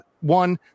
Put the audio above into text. One